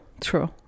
true